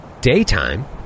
daytime